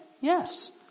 Yes